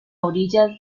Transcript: orillas